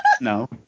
No